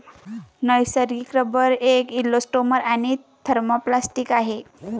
नैसर्गिक रबर एक इलॅस्टोमर आणि थर्मोप्लास्टिक आहे